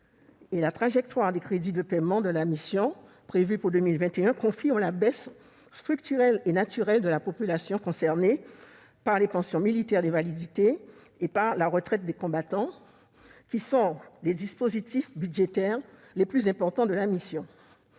La trajectoire des crédits de paiement prévus pour 2021 confirme la baisse structurelle et naturelle de la population concernée par les pensions militaires d'invalidité et par la retraite du combattant, qui sont les deux dispositifs budgétaires les plus importants de la mission.